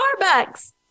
Starbucks